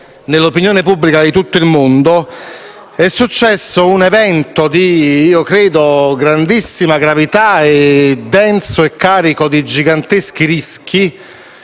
nell'opinione pubblica di tutto il mondo, è successo un evento a mio parere di grandissima gravità, denso e carico di giganteschi rischi.